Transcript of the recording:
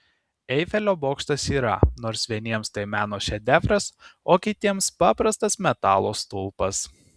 eifelio bokštas yra nors vieniems tai meno šedevras o kitiems paprastas metalo stulpas